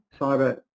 cyber